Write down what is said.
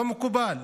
לא מקובל.